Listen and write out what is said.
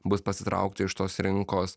bus pasitraukta iš tos rinkos